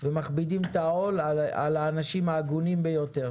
ומכבידים את העול על האנשים ההגונים ביותר,